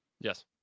Yes